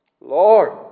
Lord